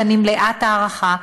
ואני מלאת הערכה,